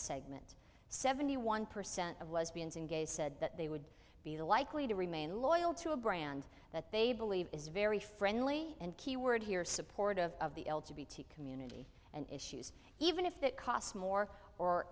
segment seventy one percent of was binns and gates said that they would be likely to remain loyal to a brand that they believe is very friendly and key word here supportive of the community and issues even if it costs more or